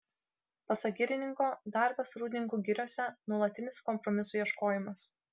pasak girininko darbas rūdninkų giriose nuolatinis kompromisų ieškojimas